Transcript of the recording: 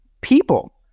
people